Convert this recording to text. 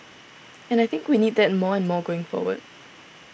and I think we need that more and more going forward